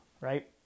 right